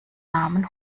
namen